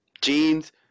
Jeans